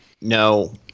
No